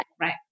Right